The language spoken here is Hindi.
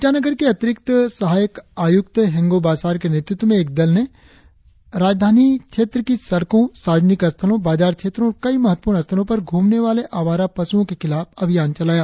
ईटानगर के अतिरिक्त सहायक आयुक्त हेंगो बासार के नेतृत्व में एक दल ने आज राजधानी क्षेत्र की सड़कों सार्वजनिक स्थलों बाजार क्षेत्रों और कई महत्वपूर्ण स्थलों पर घूमने वाले आवारा पशुओं के खिलाफ एक अभियान चलाया